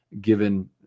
given